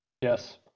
Yes